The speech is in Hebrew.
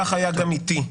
כך היה גם איתי.